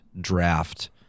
draft